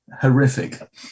horrific